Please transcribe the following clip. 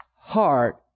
heart